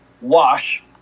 wash